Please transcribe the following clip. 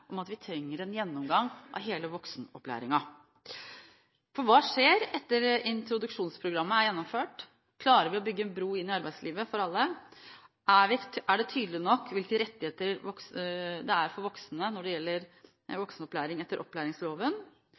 om en gjennomgang av hele voksenopplæringen. For hva skjer etter at introduksjonsprogrammet er gjennomført? Klarer vi å bygge en bro inn i arbeidslivet for alle? Er det tydelig nok hvilke rettigheter det er for voksne når det gjelder voksenopplæring etter opplæringsloven?